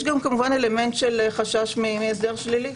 יש גם אלמנט של חשש מהסדר שלילי.